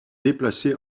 déplacé